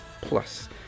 Plus